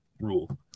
rule